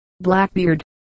Blackbeard